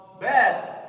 bad